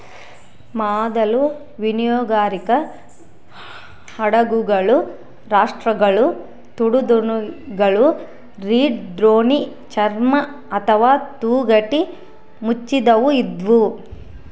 ಮೊದಲ ಮೀನುಗಾರಿಕೆ ಹಡಗುಗಳು ರಾಪ್ಟ್ಗಳು ತೋಡುದೋಣಿಗಳು ರೀಡ್ ದೋಣಿ ಚರ್ಮ ಅಥವಾ ತೊಗಟೆ ಮುಚ್ಚಿದವು ಇದ್ವು